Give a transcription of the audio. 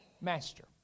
master